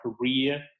career